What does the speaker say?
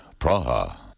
Praha. (